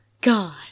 God